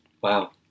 Wow